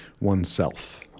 oneself